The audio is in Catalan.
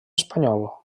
espanyol